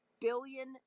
Billion